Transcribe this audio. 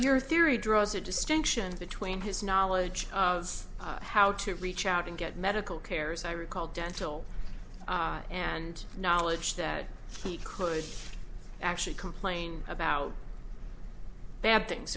your theory draws a distinction between his knowledge of how to reach out and get medical care as i recall dental and knowledge that he closed actually complain about bad things